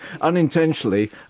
unintentionally